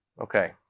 Okay